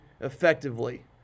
effectively